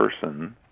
person